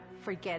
forget